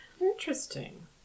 Interesting